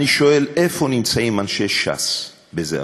אני שואל: איפה נמצאים אנשי ש"ס בזה הרגע?